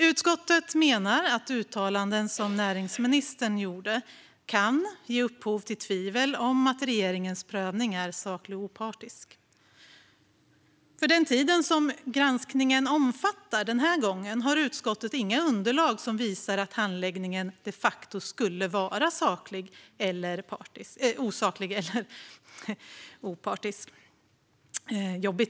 Utskottet menar att uttalanden som de näringsministern gjorde kan ge upphov till tvivel om att regeringens prövning är saklig och opartisk. För den tid som granskningen omfattar denna gång har utskottet inga underlag som visar att handläggningen de facto skulle vara osaklig eller partisk.